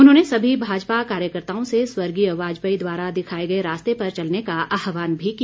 उन्होंने सभी भाजपा कार्यकर्ताओं से स्वर्गीय वाजपेयी द्वारा दिखाए गए रास्ते पर चलने का आहवान भी किया